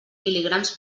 mil·ligrams